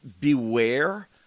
beware